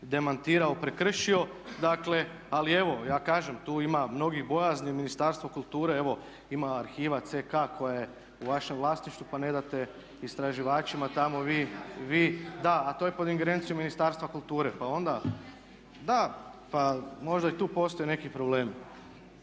demantirao i prekršio. Dakle, ali evo ja kažem tu ima mnogih bojazni. Ministarstvo kulture evo ima arhiva CK koja je u vašem vlasništvu pa ne date istraživačima, a to je pod ingerencijom Ministarstva kulture. Pa možda i tu postoje neki problemi.